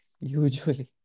Usually